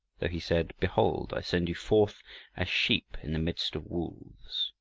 though he said, behold, i send you forth as sheep in the midst of wolves.